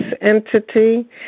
entity